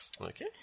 Okay